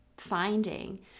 finding